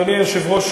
אדוני היושב-ראש,